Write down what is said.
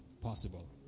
possible